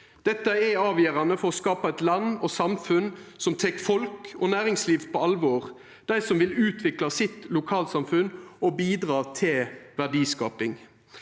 Dette er avgjerande for å skapa eit land og samfunn som tek folk og næringsliv på alvor, dei som vil utvikla sitt lokalsamfunn og bidra til verdiskaping.